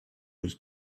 was